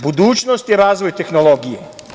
Budućnost je razvoj tehnologije.